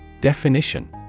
Definition